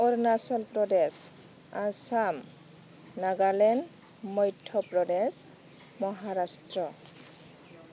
Arunachal Pradesh Assam Nagaland Madhya Pradesh Maharashtra